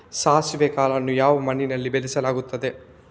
ಸಾಸಿವೆ ಕಾಳನ್ನು ಯಾವ ಮಣ್ಣಿನಲ್ಲಿ ಬೆಳೆಸಲಾಗುತ್ತದೆ?